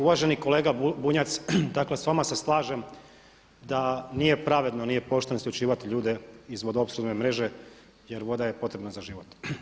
Uvaženi kolega Bunjac, dakle s vama se slažem da nije pravedno nije pošteno isključivati ljude iz vodoopskrbne mreže jer voda je potrebna za život.